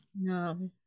No